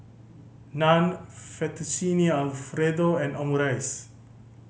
Naan Fettuccine Alfredo and Omurice